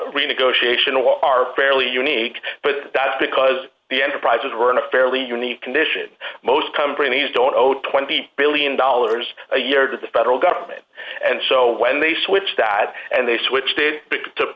renegotiation are fairly unique but that's because the enterprises are in a fairly unique condition most companies don't owe twenty billion dollars a year to the federal government and so when they switch that and they switched it to